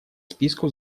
списку